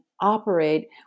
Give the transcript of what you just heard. operate